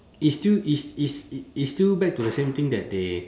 it's still is is it's still back to the same thing that they